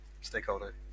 stakeholder